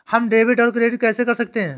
हम डेबिटऔर क्रेडिट कैसे कर सकते हैं?